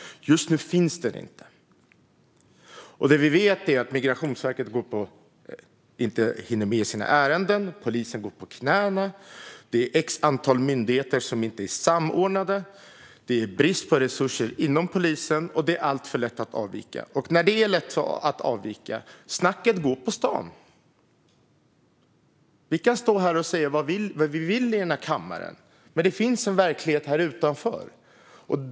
Just nu finns den inte. Vi vet att Migrationsverket inte hinner med sina ärenden, att polisen går på knäna, att ett okänt antal myndigheter inte är samordnade, att det är brist på resurser inom polisen och att det är alltför lätt att avvika. När det är lätt att avvika går snacket på stan. Vi kan stå och säga vad vi vill här i denna kammare, men det finns en verklighet där utanför.